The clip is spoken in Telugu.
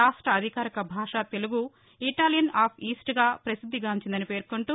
రాష్ట అధికారిక భాష తెలుగు ఇటాలియన్ ఆఫ్ ఈస్ట్గా ప్రసిద్దిగాంచిందని పేర్కొంటూ